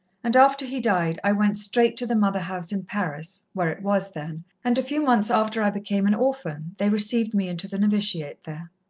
and after he died i went straight to the mother-house in paris, where it was then, and a few months after i became an orphan they received me into the novitiate there.